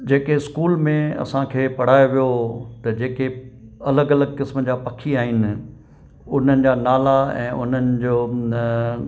जेके स्कूल में असांखे पढ़ायो वियो हुओ त जेके अलॻि अलॻि क़िस्म जा पखी आहिनि उन्हनि जा नाला ऐं उन्हनि जो न